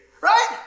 Right